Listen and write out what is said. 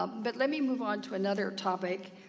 but let me move on to another topic.